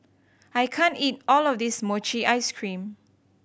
I can't eat all of this mochi ice cream